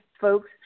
folks